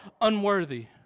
unworthy